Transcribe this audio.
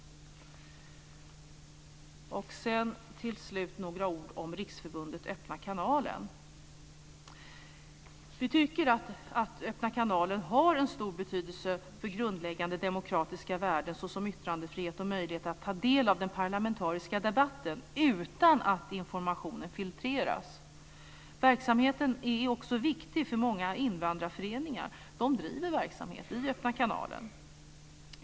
Till slut vill jag säga några ord om Riksförbundet Öppna kanalen. Vi tycker att Öppna kanalen har en stor betydelse för grundläggande demokratiska värden som yttrandefrihet och möjlighet att ta del av den parlamentariska debatten utan att informationen filtreras. Verksamheten är också viktig för många invandrarföreningar, som driver verksamhet i Öppna kanalen.